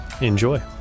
Enjoy